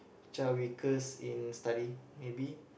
child weakest in study maybe